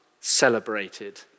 celebrated